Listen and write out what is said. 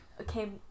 Okay